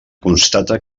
constata